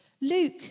Luke